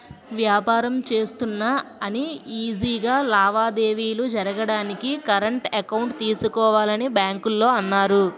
వ్యాపారం చేస్తున్నా అని ఈజీ గా లావాదేవీలు జరగడానికి కరెంట్ అకౌంట్ తీసుకోవాలని బాంకోల్లు అన్నారు